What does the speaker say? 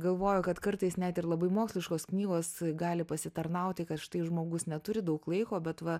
galvoju kad kartais net ir labai moksliškos knygos gali pasitarnauti kad štai žmogus neturi daug laiko bet va